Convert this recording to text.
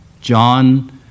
John